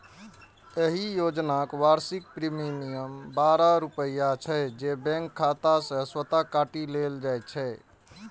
एहि योजनाक वार्षिक प्रीमियम बारह रुपैया छै, जे बैंक खाता सं स्वतः काटि लेल जाइ छै